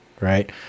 right